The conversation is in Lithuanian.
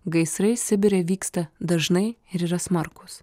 gaisrai sibire vyksta dažnai ir yra smarkūs